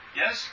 yes